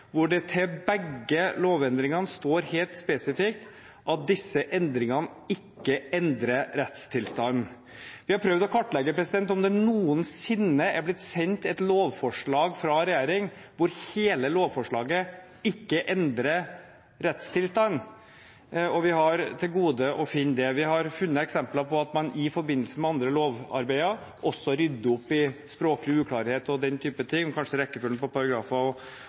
hvor det til begge lovendringene står helt spesifikt at disse endringene ikke endrer rettstilstanden. Vi har prøvd å kartlegge om det noensinne er blitt sendt et lovforslag fra en regjering hvor hele lovforslaget ikke endrer rettstilstanden, og vi har til gode å finne det. Vi har funnet eksempler på at man i forbindelse med andre lovarbeid også rydder opp i språklig uklarhet, kanskje rekkefølgen på